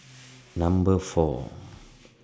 Number four